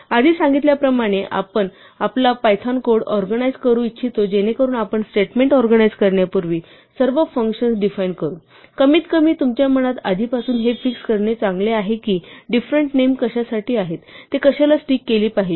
आधी सांगितल्याप्रमाणे आपण आपला पायथॉन कोड ऑरगॅनिझ करू इच्छितो जेणेकरून आपण स्टेटमेंट ऑरगॅनिझ करण्यापूर्वी सर्व फंक्शन्स डिफाइन करू कमीत कमी तुमच्या मनात आधीपासून हे फिक्स करणे चांगले आहे कि डीफेरण्ट नेम कशासाठी आहेत आणि ते कशाला स्टिक केली आहेत